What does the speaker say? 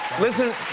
Listen